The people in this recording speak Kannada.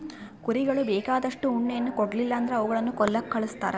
ಕುರಿಗಳು ಬೇಕಾದಷ್ಟು ಉಣ್ಣೆಯನ್ನ ಕೊಡ್ಲಿಲ್ಲ ಅಂದ್ರ ಅವುಗಳನ್ನ ಕೊಲ್ಲಕ ಕಳಿಸ್ತಾರ